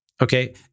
Okay